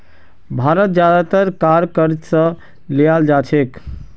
भारत ज्यादातर कार क़र्ज़ स लीयाल जा छेक